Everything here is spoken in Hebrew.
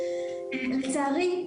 לצערי,